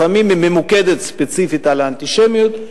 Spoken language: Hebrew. לפעמים היא ממוקדת ספציפית על האנטישמיות.